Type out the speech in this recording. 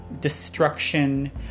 destruction